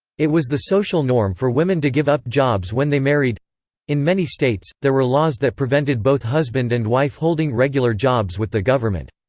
it was the social norm for women to give up jobs when they married in many states, there were laws that prevented both husband and wife holding regular jobs with the government.